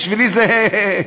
בשבילי זה,